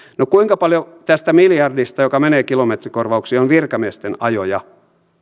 no kuinka paljon tästä miljardista joka menee kilometrikorvauksiin on virkamiesten ajoja